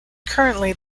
currently